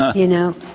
ah you know.